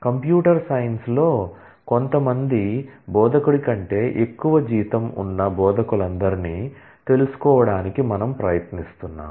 computer సైన్స్లో కొంతమంది బోధకుడి కంటే ఎక్కువ జీతం ఉన్న బోధకులందరినీ తెలుసుకోవడానికి మనము ప్రయత్నిస్తున్నాము